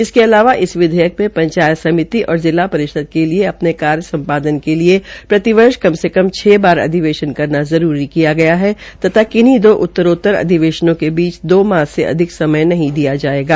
इसके अलावा इस विधेयक में पंचायत समिति और जिला परिषद के लिए अपने कार्य संपादन के लिए प्रतिवर्ष कम से कम छ बार अधिवेशन करना जरूरी किया गया तथा किन्हीं किन्ही दो उत्तरोतर अधिवशेनों के बीच मास से अधिक समय दिया जायेगा